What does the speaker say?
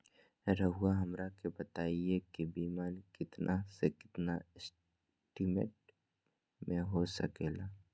रहुआ हमरा के बताइए के बीमा कितना से कितना एस्टीमेट में हो सके ला?